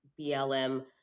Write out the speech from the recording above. BLM